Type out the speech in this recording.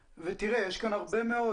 תראה, יש כאן הרבה מאוד.